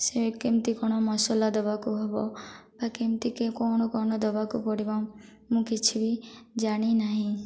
ସେ କେମିତି କ'ଣ ମସଲା ଦେବାକୁ ହବ ବା କେମିତି କ'ଣ କ'ଣ ଦେବାକୁ ପଡ଼ିବ ମୁଁ କିଛି ବି ଜାଣିନାହିଁ